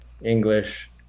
English